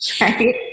right